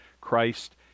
christ